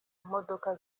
imodoka